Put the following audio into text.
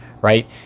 right